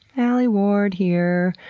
alie ward here.